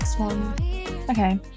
Okay